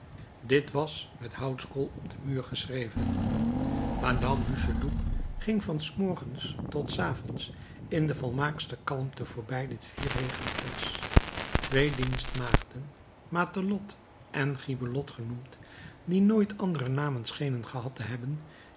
dit was met houtskool op den muur geschreven madame hucheloup ging van s morgens tot s avonds in de volmaaktste kalmte voorbij dit vierregelig vers twee dienstmaagden matelotte en gibelotte genoemd die nooit andere namen schenen gehad te hebben